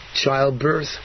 childbirth